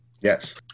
Yes